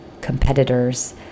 competitors